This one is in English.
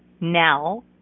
now